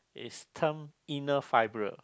is term inner fibre